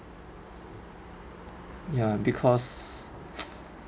ya because